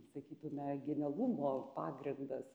sakytume genialumo pagrindas